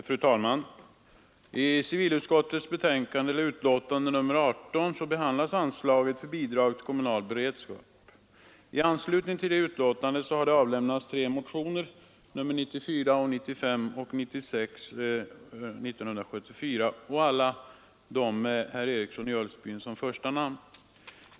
Fru talman! I cilvilutskottets betänkande nr 18 behandlas anslaget till Bidrag till kostnader för kommunal beredskap. I anslutning till detta betänkande har det avgivits tre motioner, nr 94, 95 och 96 år 1974, alla med herr Eriksson i Ulfsbyn som första namn.